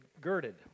girded